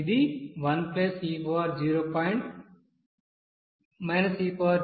2 కి సమానం